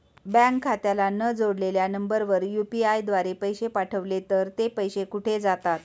Bank खात्याला न जोडलेल्या नंबरवर यु.पी.आय द्वारे पैसे पाठवले तर ते पैसे कुठे जातात?